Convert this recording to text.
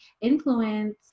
influence